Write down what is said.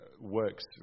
works